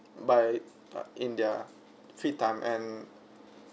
by like in their free time and